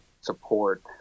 support